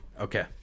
okay